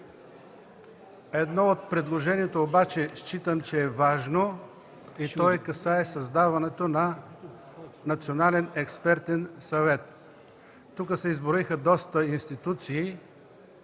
Едно от предложенията обаче считам, че е важно и то касае създаването на Национален експертен съвет. Тук се изброиха доста институции,